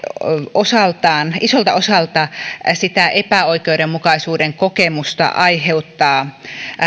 isolta osalta sitä epäoikeudenmukaisuuden kokemusta aiheuttaa